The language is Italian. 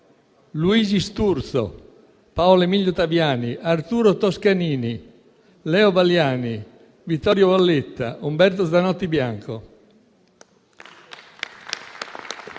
Luigi Sturzo, Paolo Emilio Taviani, Arturo Toscanini, Leo Valiani, Vittorio Valletta, Umberto Zanotti Bianco.